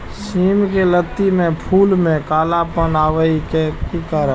सिम के लत्ती में फुल में कालापन आवे इ कि करब?